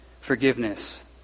forgiveness